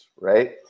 right